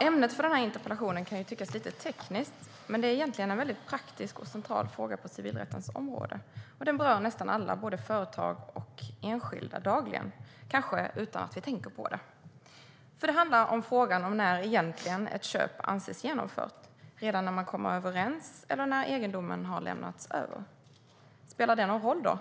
Ämnet för interpellationen kan tyckas lite tekniskt. Men det är egentligen en väldigt praktisk och central fråga på civilrättens område. Den berör nästan alla, både företag och enskilda, dagligen kanske utan att vi tänker på det. Det handlar om frågan om när egentligen ett köp anses genomfört: Redan när man kommer överens eller när egendomen har lämnats över? Spelar det någon roll?